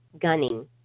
Gunning